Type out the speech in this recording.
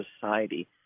society